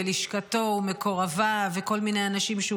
לשכתו ומקורביו וכל מיני אנשים שהוא